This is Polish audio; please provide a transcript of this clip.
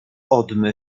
odmy